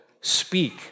speak